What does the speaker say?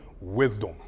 wisdom